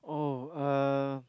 oh uh